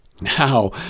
Now